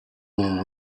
are